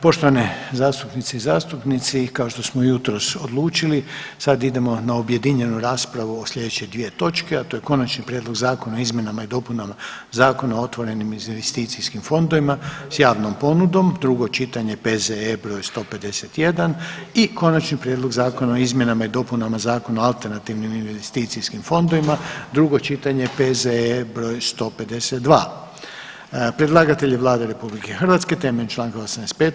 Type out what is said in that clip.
Poštovane, zastupnice i zastupnici, kao što smo jutros odlučili, sad idemo na objedinjenu raspravu o sljedeće dvije točke, a to je: - Konačni prijedlog zakona o izmjenama i dopunama Zakona o otvorenim investicijskim fondovima s javnom ponudom, drugo čitanje, P.Z.E. br. 151 i - Konačni prijedlog zakona o izmjenama i dopunama Zakona o alternativnim investicijskim fondovima, drugo čitanje, P.Z.E. br. 152; Predlagatelj je Vlada RH temeljem Članka 85.